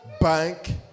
bank